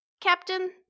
captain